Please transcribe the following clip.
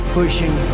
pushing